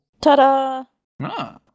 ta-da